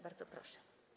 Bardzo proszę.